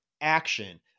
Action